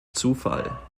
zufall